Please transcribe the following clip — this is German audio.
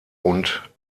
und